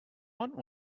want